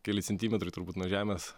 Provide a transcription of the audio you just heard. keli centimetrai turbūt nuo žemės